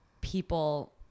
people